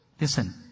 Listen